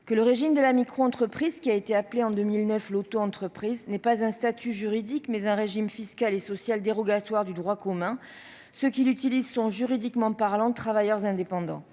que le régime de la microentreprise, qui a été appelé en 2009 « autoentreprise », n'est pas un statut juridique, mais un régime fiscal et social dérogatoire du droit commun. Ceux qui l'utilisent sont, juridiquement parlant, travailleurs indépendants.